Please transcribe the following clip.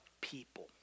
people